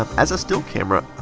um as a still camera,